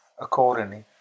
accordingly